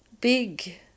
big